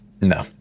No